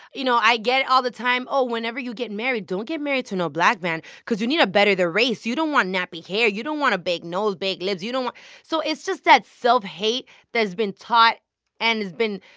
you know, i get all the time, whenever you get married, don't get married to no black man cause you need to better the race. you don't want nappy hair. you don't want a big nose, big lips. you don't want so it's just that self-hate that has been taught and has been,